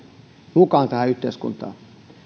mukaan tähän yhteiskuntaan